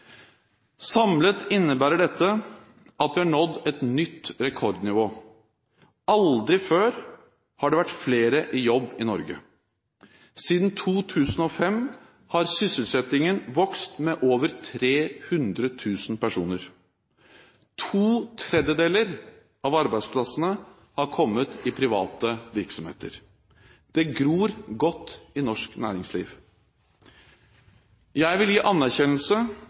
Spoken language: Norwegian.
Samlet innebærer dette at vi har nådd et nytt rekordnivå. Aldri før har det vært flere i jobb i Norge. Siden 2005 har sysselsettingen vokst med over 300 000 personer. To tredjedeler av arbeidsplassene har kommet i private virksomheter. Det gror godt i norsk næringsliv. Jeg vil gi anerkjennelse